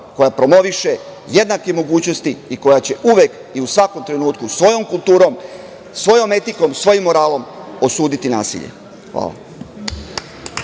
koja promoviše jednake mogućnosti i koja će uvek i u svakom trenutku, svojom kulturom, svojom etikom i moralom, osuditi nasilje. Hvala.